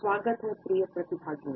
स्वागत है प्रिय प्रतिभागियों